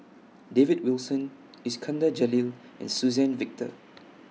David Wilson Iskandar Jalil and Suzann Victor